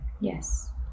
Yes